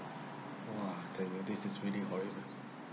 !wah! then this this is really horrible